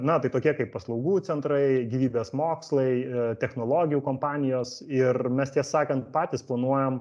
na tai tokie kaip paslaugų centrai gyvybės mokslai technologijų kompanijos ir mes tiesą sakant patys planuojam